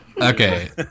Okay